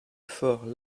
fort